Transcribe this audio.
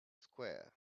square